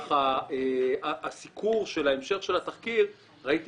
במהלך הסיקור של המשך התחקיר אני ראיתי